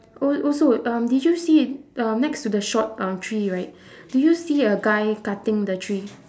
oh also um did you see um next to the short um tree right do you see a guy cutting the tree